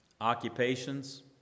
occupations